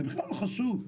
זה בכלל לא חשוב.